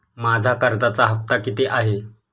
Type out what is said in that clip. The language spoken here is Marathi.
माझा कर्जाचा हफ्ता किती आहे?